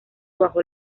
bajo